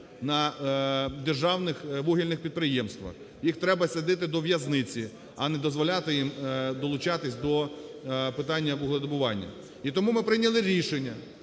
на державних вугільних підприємствах. Їх треба садити до в'язниці, а не дозволяти їм долучатись до питання вугледобування. І тому ми прийняли рішення,